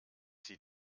sie